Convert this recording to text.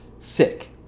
sick